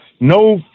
no